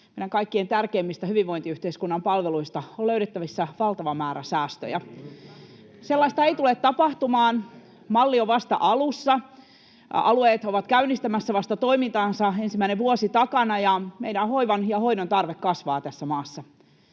kaikkien tärkeimmistä hyvinvointiyhteiskunnan palveluista, on löydettävissä valtava määrä säästöjä. [Jani Mäkelä: Ei! Kuka niin väittää?] Sellaista ei tule tapahtumaan. Malli on vasta alussa. Alueet ovat vasta käynnistämässä toimintaansa, ensimmäinen vuosi takana, ja meidän hoivan ja hoidon tarve kasvaa tässä maassa.